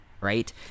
right